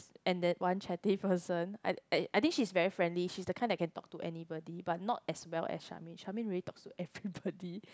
and that one chatty person I I I think she's very friendly she's the kind that can talk to anybody but not as well as Charmaine Charmaine really talks to everybody